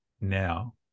now